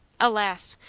alas!